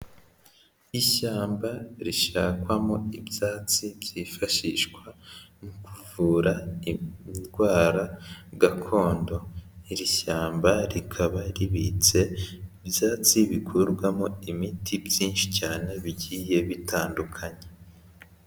Ishyamba rishakwamo ibyatsi byifashishwa mu kuvura indwara gakondo, iri shyamba rikaba ribitse ibyatsi bikurwamo imiti byinshi cyane bigiye bitandukanye.